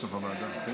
שלושה בעד, 20